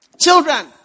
Children